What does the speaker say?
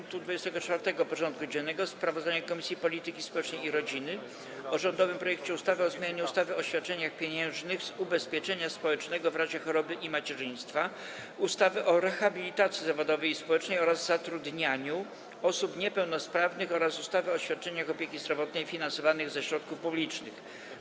Powracamy do rozpatrzenia punktu 24. porządku dziennego: Sprawozdanie Komisji Polityki Społecznej i Rodziny o rządowym projekcie ustawy o zmianie ustawy o świadczeniach pieniężnych z ubezpieczenia społecznego w razie choroby i macierzyństwa, ustawy o rehabilitacji zawodowej i społecznej oraz zatrudnianiu osób niepełnosprawnych oraz ustawy o świadczeniach opieki zdrowotnej finansowanych ze środków publicznych.